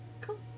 Cool